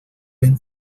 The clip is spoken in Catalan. ben